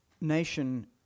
nation